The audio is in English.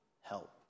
help